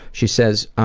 she says,